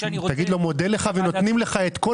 תגיד לו שאתה מודה לו ונותנים לו את כל